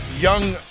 young